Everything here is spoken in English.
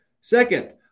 Second